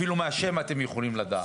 אפילו מהשם אתם יכולים לדעת.